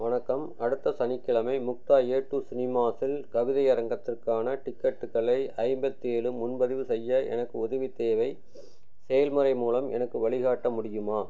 வணக்கம் அடுத்த சனிக்கிழமை முக்தா ஏ டூ சினிமாஸ்ஸில் கவிதை அரங்கத்திற்கான டிக்கெட்டுக்களை ஐம்பத்தி ஏழு முன்பதிவு செய்ய எனக்கு உதவித் தேவை செயல்முறை மூலம் எனக்கு வழிகாட்ட முடியுமா